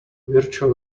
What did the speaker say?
virtual